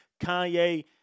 Kanye